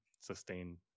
sustain